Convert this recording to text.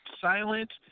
silent